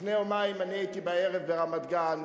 לפני יומיים, בערב, הייתי ברמת-גן,